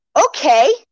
okay